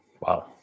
Wow